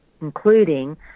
including